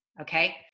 okay